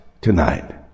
tonight